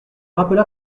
rappela